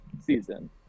season